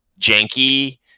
janky